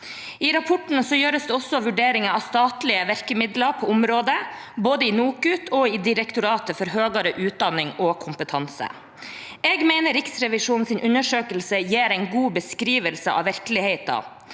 I rapporten gjøres det også vurderinger av statlige virkemidler på området, både i NOKUT og i Direktoratet for høyere utdanning og kompetanse, HK-dir. Jeg mener Riksrevisjonens undersøkelse gir en god beskrivelse av virkeligheten.